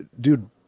dude